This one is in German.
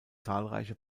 zahlreiche